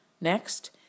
Next